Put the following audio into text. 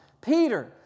Peter